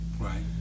Right